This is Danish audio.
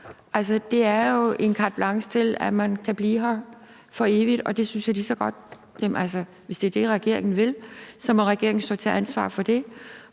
at give carte blanche til, at man kan blive her for evigt. Altså, hvis det er det, regeringen vil, så må regeringen stå til ansvar for det.